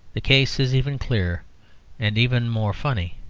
the case is even clearer and even more funny.